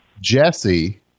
Jesse